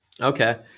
okay